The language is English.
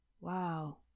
Wow